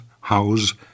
house